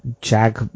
Jack